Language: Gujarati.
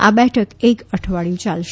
આ બેઠક એક અઠવાડિયુ ચાલશે